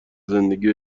زندگی